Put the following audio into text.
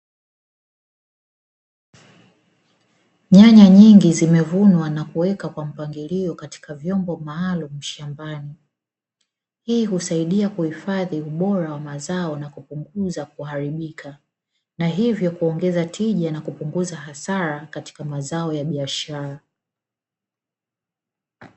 Nyanya nyingi zimevunwa na kuwekwa kwa mpangilio katika vyombo maalumu shambani, hii husaidia kuhifadhi ubora wa mazao na kupunguza kuharibika, na hivyo kuongeza tija na kupunguza hasara katika mazao ya biashara.